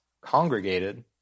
congregated